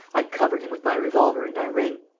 i cover him with my revolver and i ring.